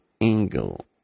angle